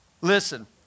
listen